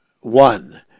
one